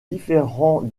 différents